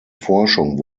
forschung